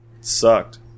sucked